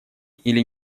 или